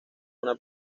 una